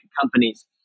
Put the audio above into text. companies